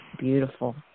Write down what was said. beautiful